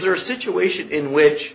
there a situation in which